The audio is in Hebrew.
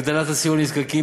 הגדלת הסיוע לנזקקים,